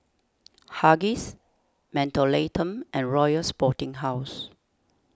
Huggies Mentholatum and Royal Sporting House